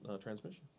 transmission